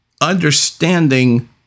understanding